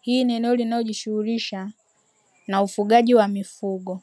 hili ni eneo linalojishughulisha na ufugaji wa mifugo.